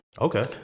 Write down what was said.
Okay